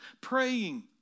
praying